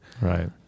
Right